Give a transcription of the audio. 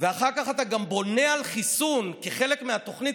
ואחר כך אתה גם בונה על חיסון כחלק מהתוכנית,